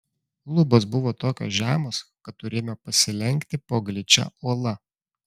lubos buvo tokios žemos kad turėjome pasilenkti po gličia uola